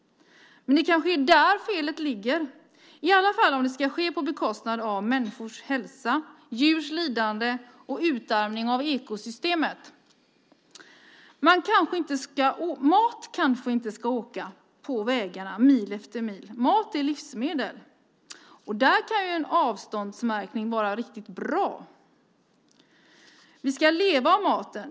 Det kanske är där felet ligger, i alla fall om det sker på bekostnad av människors hälsa och innebär djurs lidande och utarmning av ekosystemet. Mat kanske inte ska åka mil efter mil på vägarna. Mat är livsmedel, och där kan en avståndsmärkning vara riktigt bra. Vi ska leva av maten.